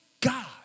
God